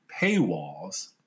paywalls